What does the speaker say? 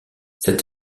cette